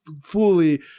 fully